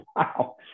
Wow